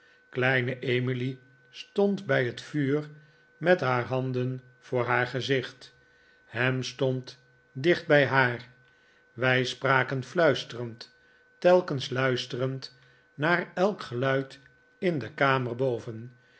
kleine emily stond bij het vuur met haar handen voor haar gezicht ham stond dicht bij haar wij spraken fluisterend telkens luisterend naar elk geluid in de kamer boven